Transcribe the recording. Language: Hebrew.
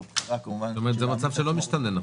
זאת אומרת, זה מצב שלא משתנה.